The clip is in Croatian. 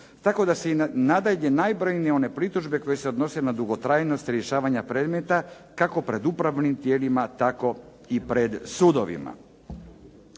Tako da su i nadalje najbrojnije one pritužbe koje se odnose na dugotrajnost rješavanja predmeta, kako pred upravnim tijelima tako i pred sudovima.